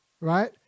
right